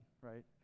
right